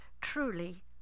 truly